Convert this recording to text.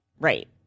right